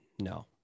No